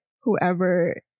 whoever